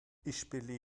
işbirliği